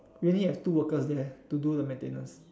we only have two workers there to do the maintenance